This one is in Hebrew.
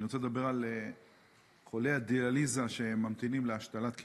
אני רוצה לדבר על חולי הדיאליזה שממתינים להשתלת כליה.